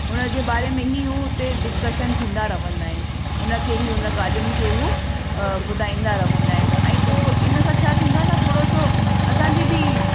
हुनजे बारे में ई उहो हुते डिसकशन थींदा रहंदा आहिनि हुन खे ई हुन ॻाल्हियुनि खे हू ॿुधाईंदा रहंदा आहिनि ऐं पोइ हिन सां छा थींदो आहे न थोरोसो असांजी बि